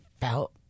felt